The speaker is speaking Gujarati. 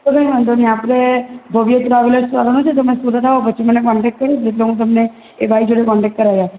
તો કંઈ વાંધો નહીં આપણે ભવ્ય ટ્રાવેલર્સવાળાનો છે તમે સુરત આવો પછી મને કોન્ટેકટ કરી દેજો એટલે હું તમને એ ભાઈ જોડે હું કોન્ટેક્ટ કરાવી આપું